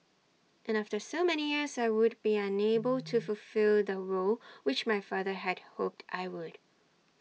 and after so many years I would be unable to fulfil the role which my father had hoped I would